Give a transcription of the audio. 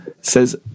says